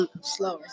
slower